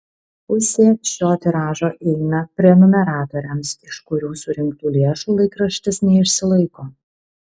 pusė šio tiražo eina prenumeratoriams iš kurių surinktų lėšų laikraštis neišsilaiko